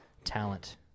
talent